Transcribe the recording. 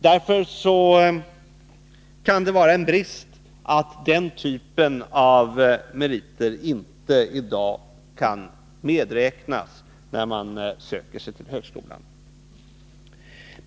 Därför kan det vara en brist att den typen av meriter inte i dag kan medräknas när man söker sig till högskolan.